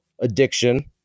addiction